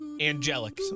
Angelic